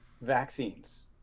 vaccines